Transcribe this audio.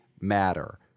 matter